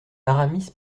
aramis